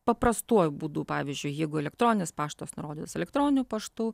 paprastuoju būdu pavyzdžiui jeigu elektroninis paštas nurodytas elektroniniu paštu